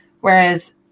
Whereas